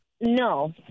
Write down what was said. No